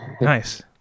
Nice